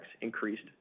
increased